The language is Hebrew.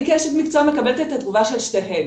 אני כאשת מקצוע מקבלת את התגובה של שתיהן,